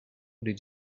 did